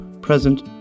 present